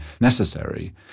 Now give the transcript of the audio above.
necessary